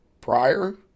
prior